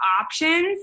options